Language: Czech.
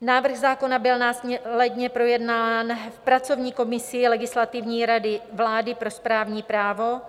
Návrh zákona byl následně projednán pracovní komisí Legislativní rady vlády pro správní právo.